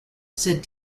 said